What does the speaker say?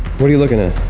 what are you looking at?